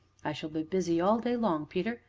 i shall be busy all day long, peter,